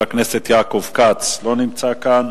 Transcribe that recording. חבר הכנסת יעקב כץ, לא נמצא כאן,